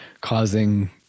causing